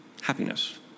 happiness